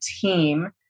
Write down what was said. team